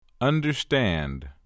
understand